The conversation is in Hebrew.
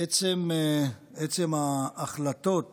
עצם ההחלטות